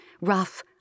rough